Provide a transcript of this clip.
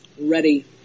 ready